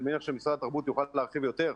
אני מניח שמשרד התרבות יוכל להרחיב יותר,